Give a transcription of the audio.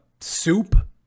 soup